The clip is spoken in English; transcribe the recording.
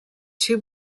two